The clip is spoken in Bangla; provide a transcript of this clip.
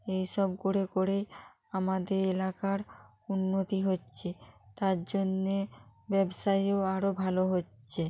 এই সব করে করে আমাদের এলাকার উন্নতি হচ্ছে তার জন্যে ব্যবসায়ীও আরও ভালো হচ্ছে